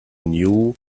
knew